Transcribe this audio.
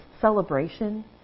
celebration